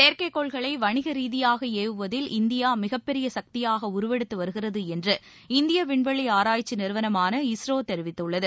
செயற்கைகோள்களை வணிக ரீதியாக ஏவுவதில் இந்தியா மிகப்பெரிய சக்தியாக உருவெடுத்து வருகிறது என்று இந்திய விண்வெளி ஆராய்ச்சி நிறுவனமான இஸ்ரோ தெரிவித்துள்ளது